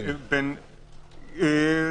אני מביא מעצמי.